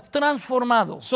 transformados